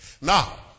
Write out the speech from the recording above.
Now